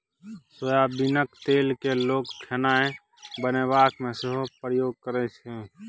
सोयाबीनक तेल केँ लोक खेनाए बनेबाक मे सेहो प्रयोग करै छै